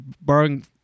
borrowing